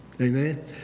Amen